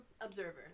observer